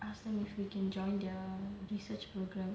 asked them if we can join their research program